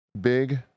big